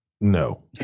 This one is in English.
no